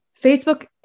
Facebook